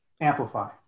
amplify